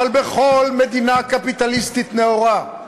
אבל בכל מדינה קפיטליסטית נאורה,